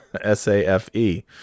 S-A-F-E